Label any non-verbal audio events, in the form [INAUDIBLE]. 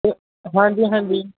[UNINTELLIGIBLE] ਹਾਂਜੀ ਹਾਂਜੀ